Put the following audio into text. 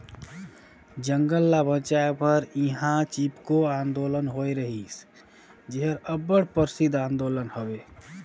जंगल ल बंचाए बर इहां चिपको आंदोलन होए रहिस जेहर अब्बड़ परसिद्ध आंदोलन हवे